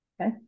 Okay